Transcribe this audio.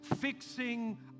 fixing